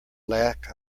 lack